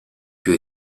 più